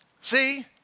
See